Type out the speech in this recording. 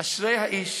"אשרי האיש